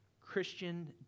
Christian